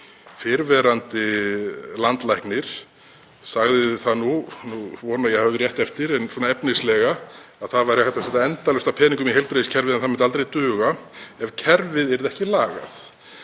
Fyrrverandi landlæknir sagði það, nú vona að ég hafi rétt eftir, en svona efnislega sagði hann að það væri hægt að setja endalaust af peningum í heilbrigðiskerfið en það myndi aldrei duga ef kerfið yrði ekki lagað.